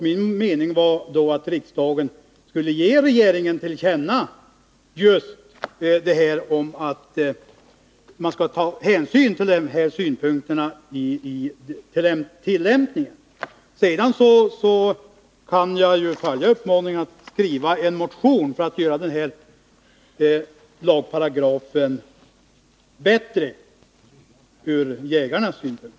Min mening var då att riksdagen skulle ge regeringen till känna att riksdagen anser att man skall ta hänsyn till de anförda synpunkterna i den tillämpningen. Men jag kan naturligtvis följa uppmaningen att skriva en motion för att förbättra lagparagrafen från jägarnas synpunkt.